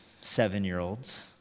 seven-year-olds